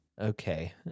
Okay